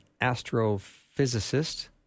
astrophysicist